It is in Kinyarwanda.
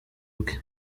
bwe